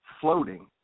floating